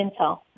Intel